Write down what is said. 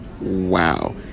Wow